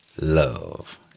love